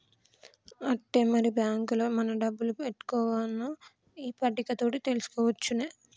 ఆట్టే మరి బాంకుల మన డబ్బులు పెట్టుకోవన్నో ఈ పట్టిక తోటి తెలుసుకోవచ్చునే